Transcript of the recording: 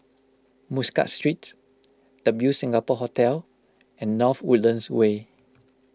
Muscat Street W Singapore Hotel and North Woodlands Way